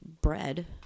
bread